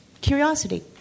curiosity